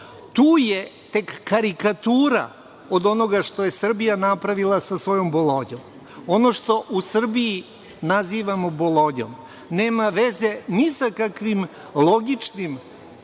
Tu je tek karikatura od onoga što je Srbija napravila sa svojom Bolonjom. Ono što u Srbiji nazivamo Bolonjom nema veze ni sa kakvim logičnim